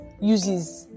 uses